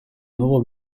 nuovo